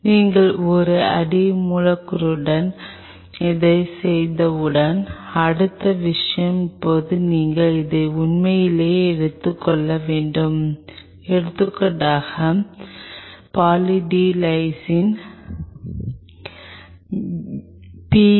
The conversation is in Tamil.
நீங்கள் ஒரு அடி மூலக்கூறுடன் இதைச் செய்தவுடன் அடுத்த விஷயம் இப்போது நீங்கள் இதை உண்மையிலேயே எடுத்துக் கொள்ள வேண்டும் எடுத்துக்காட்டாக பாலி டி லைசின் பி